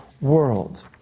world